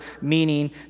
meaning